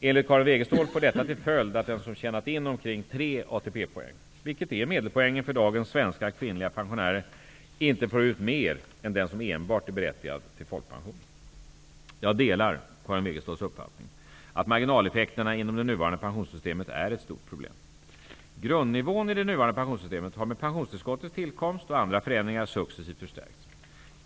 Enligt Karin Wegestål får detta till följd att den som tjänat in omkring tre ATP-poäng, vilket är medelpoängen för dagens svenska kvinnliga pensionärer, inte får ut mer än den som enbart är berättigad till folkpension. Jag delar Karin Wegeståls uppfattning att marginaleffekterna inom det nuvarande pensionssystemet är ett stort problem. Grundnivån i det nuvarande pensionssystemet har med pensionstillskottens tillkomst och andra förändringar successivt förstärkts.